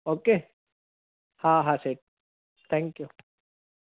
okay हा हा सेठि थैंक यू